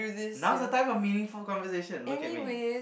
now's the time for meaningful conversation look at me